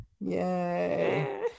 Yay